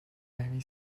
very